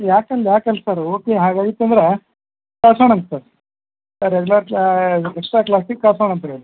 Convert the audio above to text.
ಯಾಕಂದ್ರ ಯಾಕೆ ಅಂತ ಸರ್ ಓಕೆ ಹಾಗೆ ಐತೆ ಅಂದ್ರೆ ಕಳ್ಸೋಣಂತೆ ಸರ್ ಸರ್ ಎಕ್ಸ್ಟ್ರಾ ಕ್ಲಾಸಿಗೆ ಕಳ್ಸೋಣಂತೆ ರೀ